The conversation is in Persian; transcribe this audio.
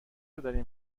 دارین